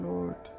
Lord